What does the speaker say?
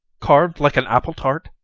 carv'd like an appletart?